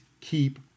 keep